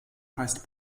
heißt